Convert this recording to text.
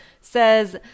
Says